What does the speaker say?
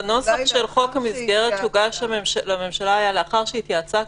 בנוסח של חוק המסגרת שהוגש לממשלה היה "לאחר שהתייעצה,